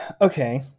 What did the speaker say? Okay